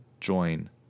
join